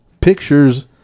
pictures